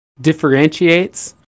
differentiates